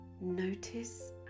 Notice